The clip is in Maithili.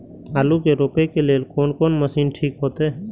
आलू के रोपे के लेल कोन कोन मशीन ठीक होते?